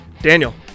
Daniel